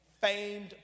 famed